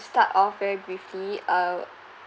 start off very briefly uh